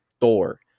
Thor